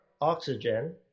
oxygen